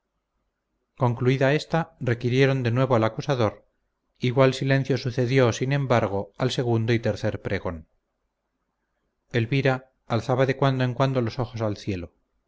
concluida ésta requirieron de nuevo al acusador igual silencio sucedió sin embargo al segundo y tercer pregón elvira alzaba de cuando en cuando los ojos al cielo